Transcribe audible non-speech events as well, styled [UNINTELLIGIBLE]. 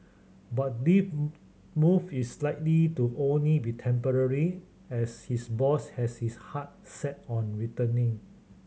but deep [UNINTELLIGIBLE] move is likely to only be temporary as his boss has his heart set on returning